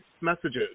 messages